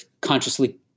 consciously